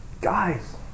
Guys